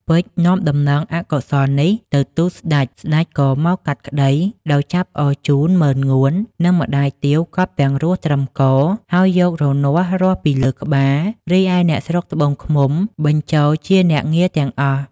ពេជ្រនាំដំណឹងអកុសលនេះទៅទូលសេ្តច ស្តេចក៏មកកាត់ក្តី ដោយចាប់អរជូន ម៉ឺនងួន និងម្តាយទាវកប់ទាំងរស់ត្រឹមក ហើយយករនាស់រាស់ពីលើក្បាល រីឯអ្នកស្រុកត្បូងឃ្មុំបញ្ចូលជាអ្នកងារទាំងអស់ ។